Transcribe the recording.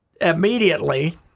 immediately